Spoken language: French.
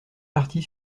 partie